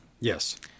Yes